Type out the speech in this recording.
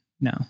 no